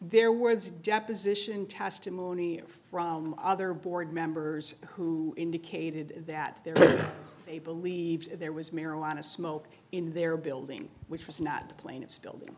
their words deposition testimony from other board members who indicated that there are they believe there was marijuana smoke in their building which was not the plane it's a building